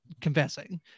confessing